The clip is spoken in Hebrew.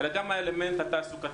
אלא גם מבחינת האלמנט התעסוקתי.